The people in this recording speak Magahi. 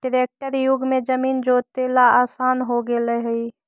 ट्रेक्टर युग में जमीन जोतेला आसान हो गेले हइ